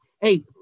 hey